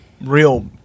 Real